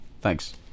Thanks